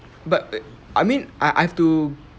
but I mean I I have to